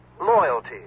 loyalty